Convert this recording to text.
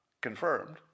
Confirmed